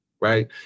right